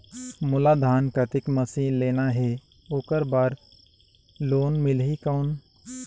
मोला धान कतेक मशीन लेना हे ओकर बार लोन मिलही कौन?